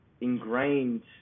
ingrained